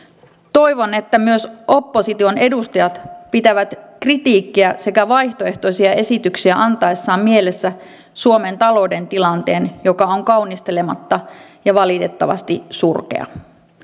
toivon että myös opposition edustajat pitävät kritiikkiä sekä vaihtoehtoisia esityksiä antaessaan mielessä suomen talouden tilanteen joka on kaunistelematta ja valitettavasti surkea